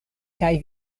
kaj